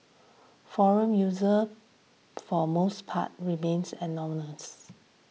forum user for most part remains anonymous